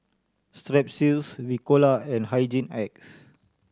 Strepsils Ricola and Hygin X